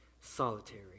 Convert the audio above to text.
solitary